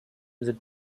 sind